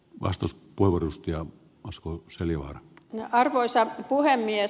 vastus pu hurske asko seljavaara arvoisa puhemies